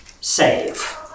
save